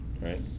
right